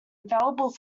available